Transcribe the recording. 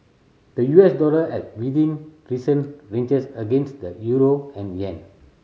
the U S dollar held within recent ranges against the euro and yen